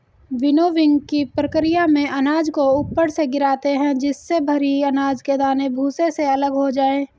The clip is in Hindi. विनोविंगकी प्रकिया में अनाज को ऊपर से गिराते है जिससे भरी अनाज के दाने भूसे से अलग हो जाए